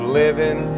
living